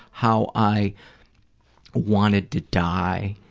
how i wanted to die.